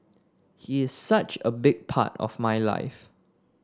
he is such a big part of my life